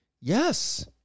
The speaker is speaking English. yes